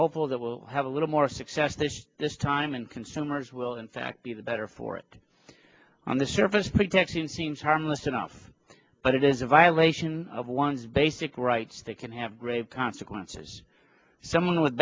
hopeful that we'll have a little more success this this time and consumers will in fact be the better for it on the surface protection seems harmless enough but it is a violation of one's basic rights that can have grave consequences someone with